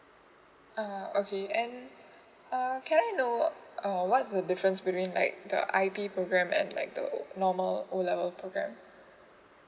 uh okay and err can I know uh what's the difference between like the I P program and like the normal O level program